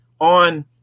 on